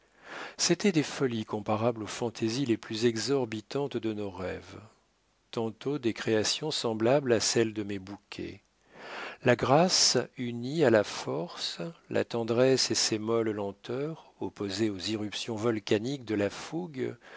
c'était des folies comparables aux fantaisies les plus exorbitantes de nos rêves tantôt des créations semblables à celles de mes bouquets la grâce unie à la force la tendresse et ses molles lenteurs opposées aux irruptions volcaniques de la fougue